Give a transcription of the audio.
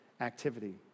activity